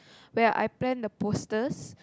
where I plan the posters